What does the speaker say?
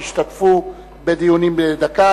שהשתתפו בנאומים בני דקה.